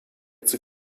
zur